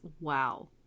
wow